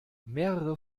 mehrere